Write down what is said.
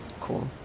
Cool